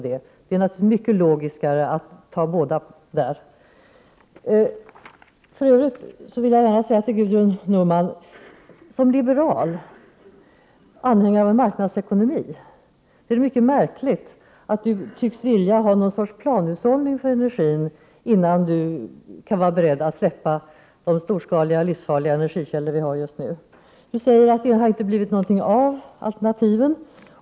Det är naturligtvis mycket mer logiskt att avveckla båda. Det är mycket märkligt att Gudrun Norberg som liberal och anhängare av marknadsekonomi tycks vilja ha någon sorts planhushållning för energin, innan hon kan vara beredd att släppa de storskaliga och livsfarliga energikällor som vi har just nu. Hon säger att det inte har blivit något av alternativen.